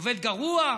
עובד גרוע.